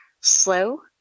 slow